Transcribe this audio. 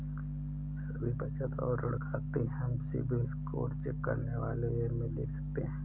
सभी बचत और ऋण खाते हम सिबिल स्कोर चेक करने वाले एप में देख सकते है